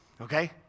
okay